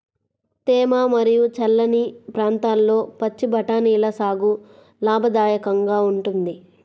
తేమ మరియు చల్లని ప్రాంతాల్లో పచ్చి బఠానీల సాగు లాభదాయకంగా ఉంటుంది